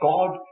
God